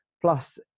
Plus